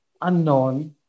unknown